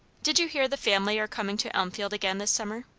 did you hear the family are coming to elmfield again this summer?